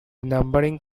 numbering